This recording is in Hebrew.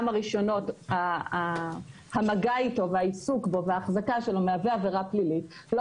הרישיונות המגע אתו והעיסוק בו וההחזקה בו מהווים עבירה פלילית לא